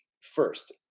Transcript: first